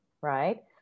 right